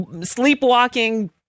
sleepwalking